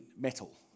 metal